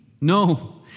No